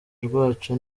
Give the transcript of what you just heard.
rwacu